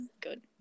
good